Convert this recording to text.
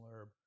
herb